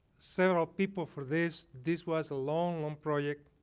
several people for this. this was a long, long project.